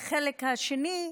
והחלק השני,